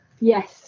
Yes